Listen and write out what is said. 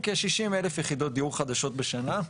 כ-60 אלף יחידות דיור חדשות בשנה.